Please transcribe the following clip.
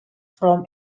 from